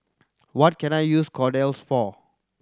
what can I use Kordel's for